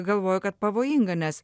galvoju kad pavojinga nes